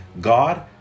God